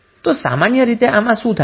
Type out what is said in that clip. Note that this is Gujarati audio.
તો સામાન્ય રીતે આમાં શું થાય છે